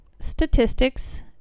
statistics